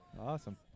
Awesome